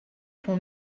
font